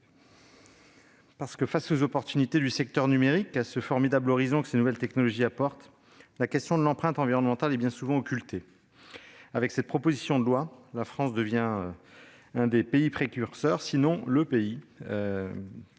Face aux occasions offertes par le secteur du numérique et devant le formidable horizon que ces nouvelles technologies ouvrent, la question de l'empreinte environnementale est bien souvent occultée. Avec cette proposition de loi, la France devient un des pays précurseurs dans ce